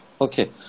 Okay